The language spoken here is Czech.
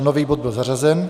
Nový bod byl zařazen.